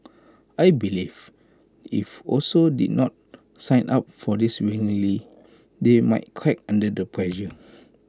I believe if also did not sign up for this willingly they might crack under the pressure